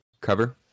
cover